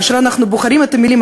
כאשר אנחנו בוחרים את המילים,